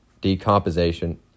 decomposition